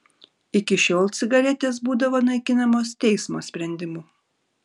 iki šiol cigaretės būdavo naikinamos teismo sprendimu